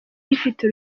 rifite